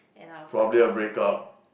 and I was like !wow! okay